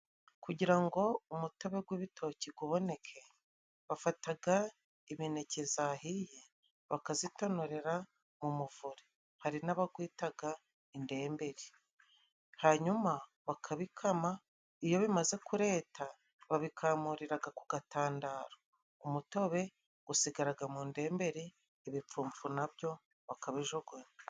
Kugira ngo umutobe gw'ibitoki guboneke, bafataga imineke zahiye, bakazitonorera mu muvure, hari n'abagwitaga indemberi. Hanyuma bakabikama, iyo bimaze kureta babikamuriraga ku gatandaro, umutobe usigaraga mu ndemberi, ibimfumfu nabyo bakabijugunya.